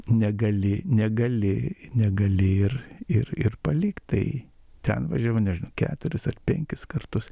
negali negali negali ir ir ir palik tai ten važiavau nežinau keturis ar penkis kartus